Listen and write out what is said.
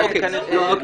לא ניכנס לזה.